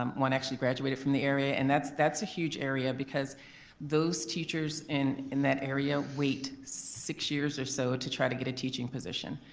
um one actually graduated from the area and that's that's a huge area because those teachers in in that area wait six years or so to try to get a teaching position.